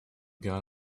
got